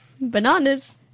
Bananas